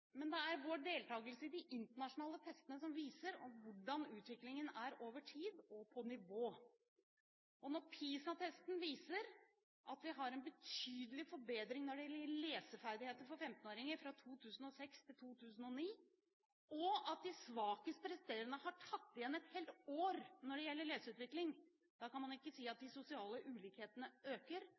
men det er vår deltakelse i de internasjonale testene som viser hvordan utviklingen er over tid, og på hvilket nivå. Når PISA-testen viser at vi har en betydelig forbedring når det gjelder leseferdigheten for 15-åringer fra 2006 til 2009, og at de svakest presterende har tatt igjen et helt år når det gjelder leseutvikling, kan en ikke si at de sosiale ulikhetene øker.